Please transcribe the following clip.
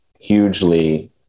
hugely